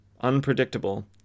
unpredictable